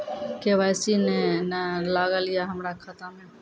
KYC ने न लागल या हमरा खाता मैं?